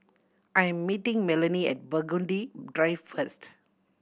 I am meeting Melony at Burgundy Drive first